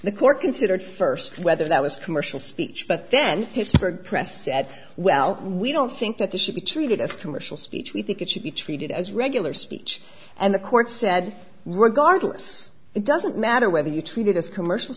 the court considered first whether that was commercial speech but then pittsburgh press said well we don't think that this should be treated as commercial speech we think it should be treated as regular speech and the court said regardless it doesn't matter whether you tweeted us commercial